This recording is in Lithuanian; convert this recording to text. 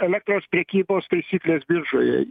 elektros prekybos taisyklės biržoje